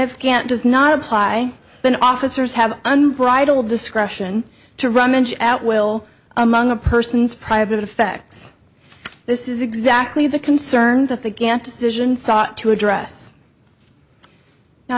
if can't does not apply then officers have unbridled discretion to rummage at will among a person's private effects this is exactly the concern that the get decision sought to address